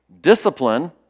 discipline